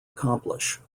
accomplish